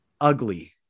ugly